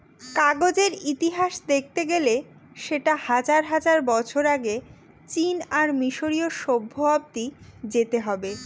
কাগজের ইতিহাস দেখতে গেলে সেটা হাজার হাজার বছর আগে চীন আর মিসরীয় সভ্য অব্দি যেতে হবে